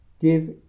give